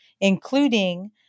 including